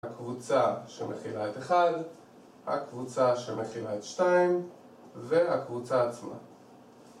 הקבוצה שמכילה את 1, הקבוצה שמכילה את 2 והקבוצה עצמה